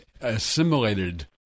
assimilated